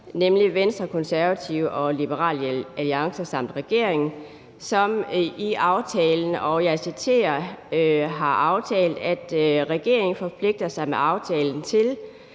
nemlig Venstre, Konservative og Liberal Alliance samt regeringen, som i aftalen har aftalt, og jeg citerer: »Regeringen forpligter sig med aftalen til